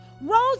Rose